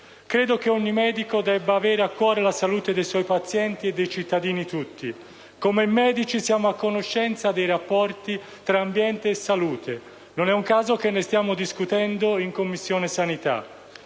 Credo che ogni medico debba avere a cuore la salute dei suoi pazienti e dei cittadini tutti. Come medici siamo a conoscenza dei rapporti tra ambiente e salute: non è un caso che ne stiamo discutendo in 12a Commissione.